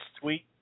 tweet